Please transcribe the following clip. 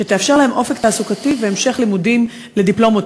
שתאפשר להם אופק תעסוקה והמשך לימודים לדיפלומות